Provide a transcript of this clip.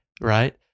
right